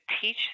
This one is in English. teach